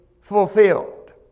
fulfilled